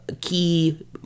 key